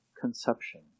conception